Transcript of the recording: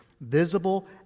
visible